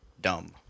dumb